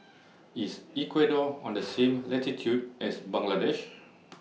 IS Ecuador on The same latitude as Bangladesh